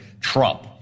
Trump